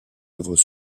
œuvres